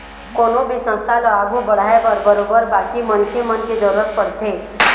कोनो भी संस्था ल आघू बढ़ाय बर बरोबर बाकी मनखे मन के जरुरत पड़थे